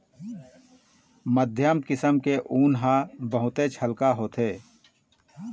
मध्यम किसम के ऊन ह बहुतेच हल्का होथे